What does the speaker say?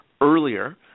earlier